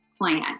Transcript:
plan